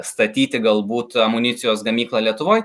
statyti galbūt amunicijos gamyklą lietuvoj